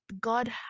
god